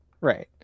Right